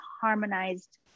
harmonized